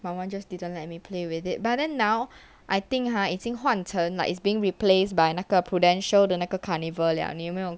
my mom just didn't let me play with it but then now I think ah 已经换成 like it's being replaced by 那个 prudential 的那个 carnival 了你有没有